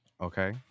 Okay